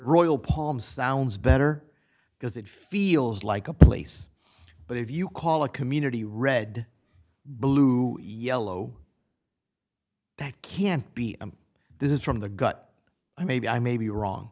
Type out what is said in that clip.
royal palm sounds better because it feels like a place but if you call a community red blue yellow that can't be this is from the gut i may be i may be wrong